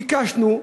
ביקשנו,